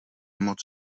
moc